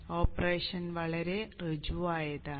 operation വളരെ ഋജുവായതാണ്